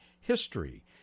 history